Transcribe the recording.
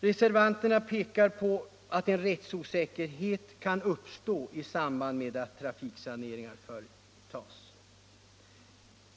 Reservanterna pekar på att rättsosäkerhet kan uppstå i samband med att trafiksaneringar företas.